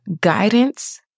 guidance